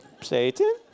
Satan